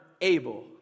able